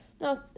no